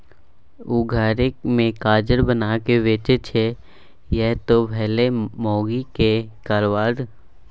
ओ घरे मे काजर बनाकए बेचय छै यैह त भेलै माउगीक कारोबार